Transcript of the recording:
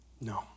No